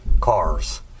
cars